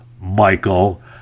Michael